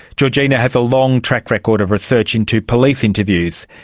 georgina has a long track record of research into police interviews,